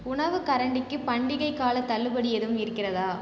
உணவுக் கரண்டிக்கு பண்டிகைக் காலத் தள்ளுபடி எதுவும் இருக்கிறதா